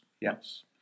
Yes